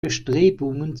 bestrebungen